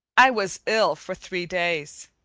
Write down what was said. i was ill for three days,